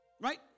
Right